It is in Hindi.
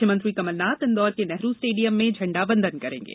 मुख्यमंत्री कमलनाथ इंदौर के नेहरू स्टेडियम में झण्डावंदन करेंगे